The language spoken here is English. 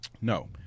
no